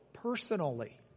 Personally